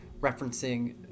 referencing